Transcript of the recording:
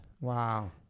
Wow